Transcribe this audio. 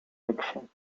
fiction